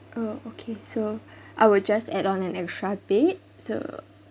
oh okay so I will just add on an extra bed so